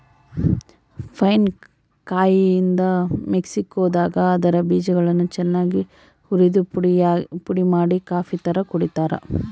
pine ಕಾಯಿಯಿಂದ ಮೆಕ್ಸಿಕೋದಾಗ ಅದರ ಬೀಜಗಳನ್ನು ಚನ್ನಾಗಿ ಉರಿದುಪುಡಿಮಾಡಿ ಕಾಫಿತರ ಕುಡಿತಾರ